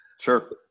Sure